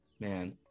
man